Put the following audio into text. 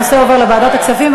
הנושא עובר לוועדת הכספים,